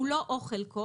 כולו או חלקו,